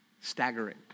staggering